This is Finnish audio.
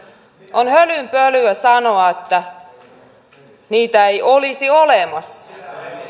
on hölynpölyä sanoa että niitä ei olisi olemassa